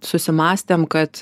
susimąstėm kad